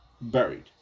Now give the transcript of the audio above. buried